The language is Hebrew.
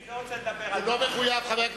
לא, הוא לא מחויב.